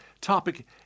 Topic